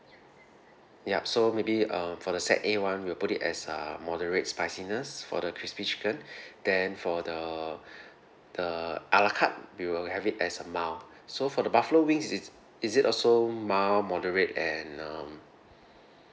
ya so maybe um for the set A [one] we'll put it as uh moderate spiciness for the crispy chicken then for the the a la carte we will have it as a mild so for the buffalo wings it's is it also mild moderate and um